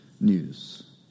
news